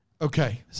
Okay